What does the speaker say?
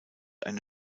eine